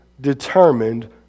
determined